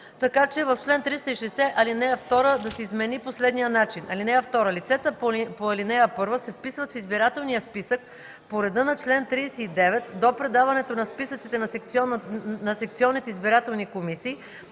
В чл. 360 ал. 2 да се измени по следния начин: „(2) Лицата по ал. 1 се вписват в избирателния списък по реда на чл. 39 до предаването на списъците на секционните избирателни комисии